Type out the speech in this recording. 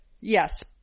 yes